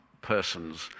persons